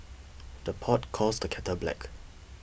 the pot calls the kettle black